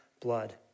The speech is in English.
blood